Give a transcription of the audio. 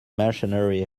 mercenary